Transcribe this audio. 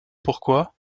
pourquoi